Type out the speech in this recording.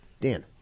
Dan